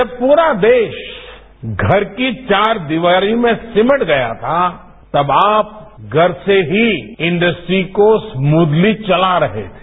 जब प्ररा देश घर की चार दीवारी में सीमट गया था तब आप घर से ही इंडस्ट्री को स्प्रदली चला रहे थे